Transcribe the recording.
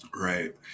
Right